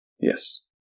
Yes